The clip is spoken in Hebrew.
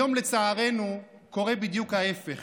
היום לצערנו קורה בדיוק ההפך: